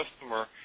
customer